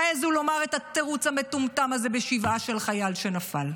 תעזו לומר את התירוץ המטומטם הזה בשבעה של חייל שנפל.